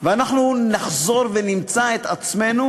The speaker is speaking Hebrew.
ואנחנו נחזור ונמצא את עצמנו